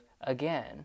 again